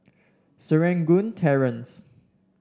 Serangoon Terrace